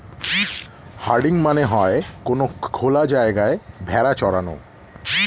herding মানে হয়ে কোনো খোলা জায়গায় ভেড়া চরানো